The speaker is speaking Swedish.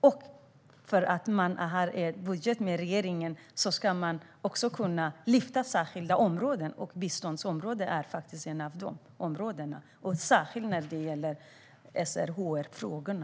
Även om man har en budget med regeringen ska man kunna lyfta särskilda områden, och biståndsområdet är ett av dessa områden. Det gäller särskilt SRHR-frågorna.